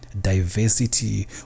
diversity